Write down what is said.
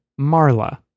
Marla